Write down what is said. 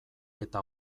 eta